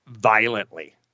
violently